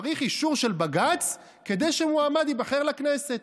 צריך אישור של בג"ץ כדי שמועמד ייבחר לכנסת.